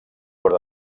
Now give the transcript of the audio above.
però